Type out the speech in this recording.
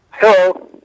Hello